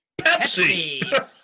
Pepsi